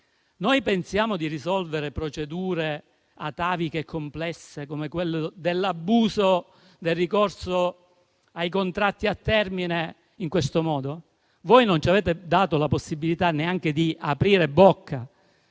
pensiamo di risolvere procedure ataviche e complesse come l'abuso del ricorso ai contratti a termine in questo modo? Voi non ci avete dato neanche la possibilità di aprire bocca;